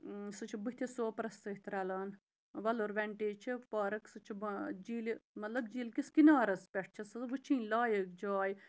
سُہ چھِ بٕتھِ سوپرَس سۭتۍ رَلان وَلُر وٮ۪نٹیج چھِ پارٕک سُہ چھِ جیٖلہِ مطلب جیٖلکِس کِنارَس پٮ۪ٹھ چھِ سہٕ وٕچھِنۍ لایَق جاے